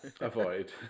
Avoid